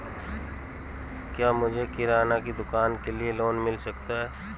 क्या मुझे किराना की दुकान के लिए लोंन मिल सकता है?